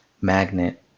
magnet